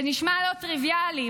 זה נשמע לא טריוויאלי,